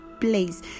place